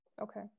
Okay